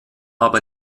aber